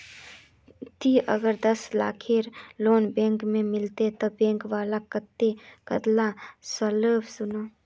ती अगर दस लाखेर लोन बैंक से लिलो ते बैंक वाला कतेक कतेला सालोत भुगतान करवा को जाहा?